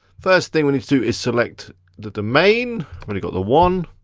first thing we need to do is select the domain, i've only got the one,